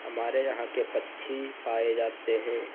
हमारे यहाँ के पक्षी पाए जाते हैं